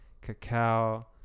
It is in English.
cacao